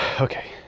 Okay